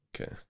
okay